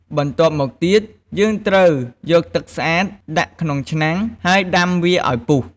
បន្ទាប់មកទៀត យើងត្រូវយកទឺកស្អាតដាក់ក្នុងឆ្នាំង ហើយដាំវាឱ្យពុះ។